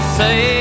say